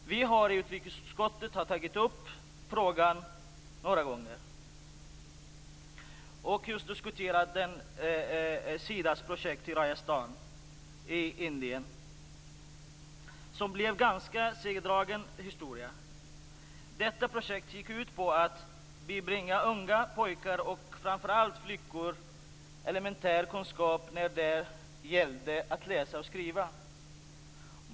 Vi har tagit upp frågan i utrikesutskottet några gånger och diskuterat Sidas projekt i Rajasthan i Indien. Det blev en ganska segdragen historia. Detta projekt gick ut på att bibringa unga pojkar och framför allt flickor elementära kunskaper i att läsa och skriva.